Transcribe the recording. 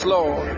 Lord